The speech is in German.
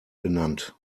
genannt